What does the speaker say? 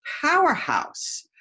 powerhouse